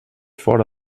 fora